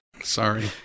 Sorry